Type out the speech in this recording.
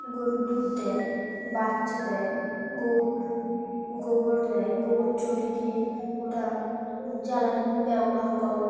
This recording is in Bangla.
গরুর দুধ দেয় বাচ্চা দেয় গো গোবর দেয় গোবর চটি দিয়ে ওটা জ্বালানি ব্যবহার করে